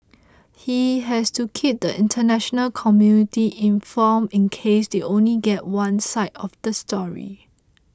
he has to keep the international community informed in case they only get one side of the story